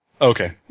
Okay